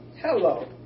Hello